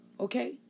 Okay